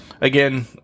Again